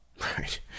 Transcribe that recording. Right